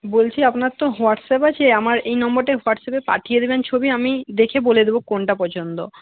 বলছি আপনার তো হোয়াটসঅ্যাপ আছে আমার এই নম্বরটায় হোয়াটসঅ্যাপ পাঠিয়ে দেবেন ছবি আমি দেখে বলে দেব কোনটা পছন্দ